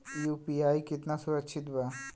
UPI कितना सुरक्षित बा?